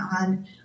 on